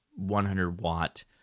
100-watt